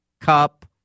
Cup